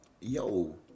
yo